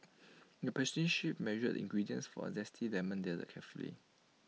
the pastry chef measured the ingredients for A Zesty Lemon Dessert carefully